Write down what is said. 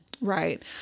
Right